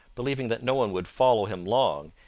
believing that no one would follow him long,